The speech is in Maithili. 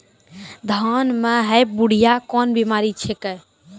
धान म है बुढ़िया कोन बिमारी छेकै?